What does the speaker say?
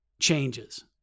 changes